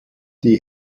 die